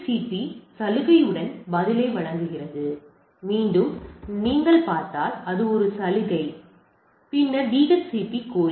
B சலுகையுடன் பதிலை வழங்குகிறதுமீண்டும் நீங்கள் பார்த்தால் அது சலுகை பின்னர் DHCP கோரிக்கை